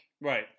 right